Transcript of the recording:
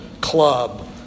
club